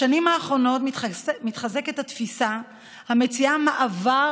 בשנים האחרונות מתחזקת התפיסה המציעה מעבר